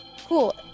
Cool